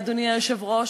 אדוני היושב-ראש,